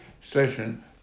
session